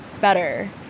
better